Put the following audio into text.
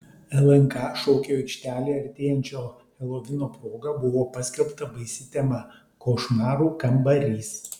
lnk šokių aikštelėje artėjančio helovino proga buvo paskelbta baisi tema košmarų kambarys